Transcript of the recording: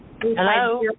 Hello